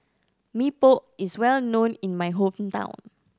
Mee Pok is well known in my hometown